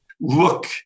look